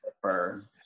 prefer